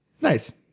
Nice